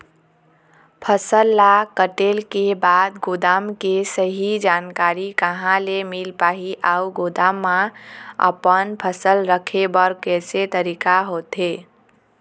फसल ला कटेल के बाद गोदाम के सही जानकारी कहा ले मील पाही अउ गोदाम मा अपन फसल रखे बर कैसे तरीका होथे?